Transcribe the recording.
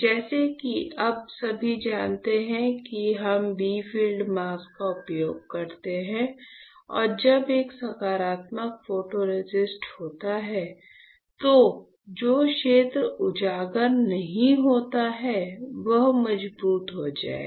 जैसा कि अब सभी जानते हैं कि जब हम b फील्ड मास्क का उपयोग करते हैं और जब एक सकारात्मक फोटोरेसिस्ट होता है तो जो क्षेत्र उजागर नहीं होता है वह मजबूत हो जाएगा